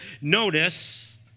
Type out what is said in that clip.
notice